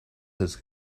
his